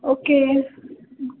okay